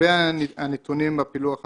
לגבי הנתונים בפילוח המגזרי,